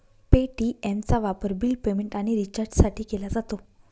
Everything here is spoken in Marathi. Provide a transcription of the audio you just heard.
पे.टी.एमचा वापर बिल पेमेंट आणि रिचार्जसाठी केला जातो